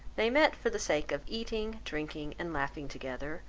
they met for the sake of eating, drinking, and laughing together,